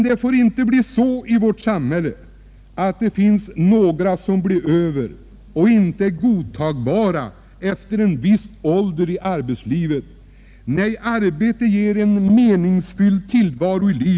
Det får inte bli så i vårt samhälle att det finns några som blir över och inte är godtagbara i arbetslivet efter en viss ålder. Arbete gör tillvaron meningsfylld.